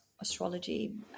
astrology